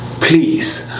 please